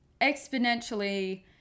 exponentially